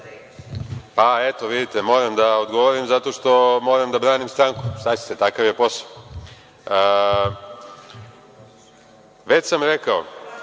eto, vidite, moram da odgovorim zato što moram da branim stranku. Šta ćete, takav je posao.(Vjerica